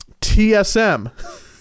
TSM